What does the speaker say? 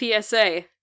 PSA